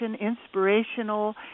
inspirational